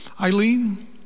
Eileen